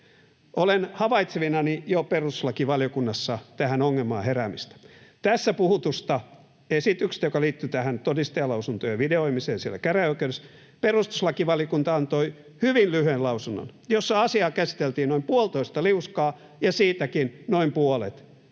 olen jo havaitsevinani perustuslakivaliokunnassa tähän ongelmaan heräämistä. Tässä puhutusta esityksestä, joka liittyy todistajalausuntojen videoimiseen käräjäoikeudessa, perustuslakivaliokunta antoi hyvin lyhyen lausunnon, jossa asiaa käsiteltiin noin puolitoista liuskaa, ja siitäkin noin puolet